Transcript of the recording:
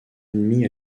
admis